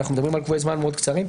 אנחנו מדברים על קבועי זמן מאוד קצרים.